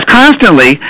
constantly